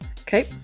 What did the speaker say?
Okay